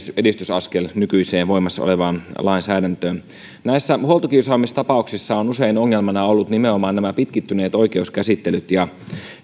edistysaskel nykyiseen voimassa olevaan lainsäädäntöön näissä huoltokiusaamistapauksissa ovat usein ongelmana olleet nimenomaan pitkittyneet oikeuskäsittelyt ja